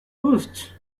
busch